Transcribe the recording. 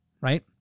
right